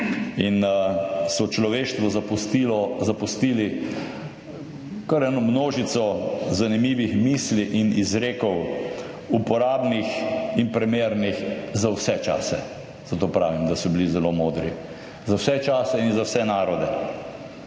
in so človeštvo zapustili kar eno množico zanimivih misli in izrekov, uporabnih in primernih za vse čase - zato pravim, da so bili zelo modri - za vse čase in za vse narode.